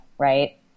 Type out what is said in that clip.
right